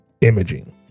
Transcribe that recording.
imaging